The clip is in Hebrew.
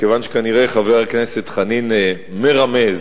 כיוון שכנראה חבר הכנסת חנין מרמז